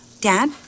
Dad